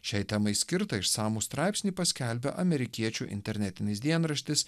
šiai temai skirtą išsamų straipsnį paskelbė amerikiečių internetinis dienraštis